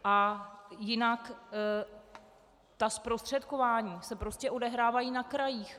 A jinak ta zprostředkování se prostě odehrávají na krajích.